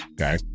Okay